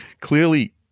clearly